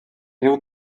riu